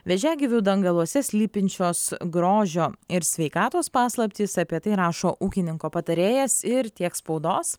vėžiagyvių dangaluose slypinčios grožio ir sveikatos paslaptys apie tai rašo ūkininko patarėjas ir tiek spaudos